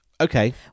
okay